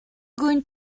going